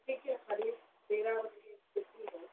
میرا